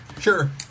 Sure